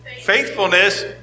faithfulness